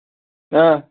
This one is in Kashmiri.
آ